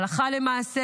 הלכה למעשה,